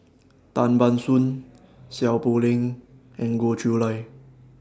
Tan Ban Soon Seow Poh Leng and Goh Chiew Lye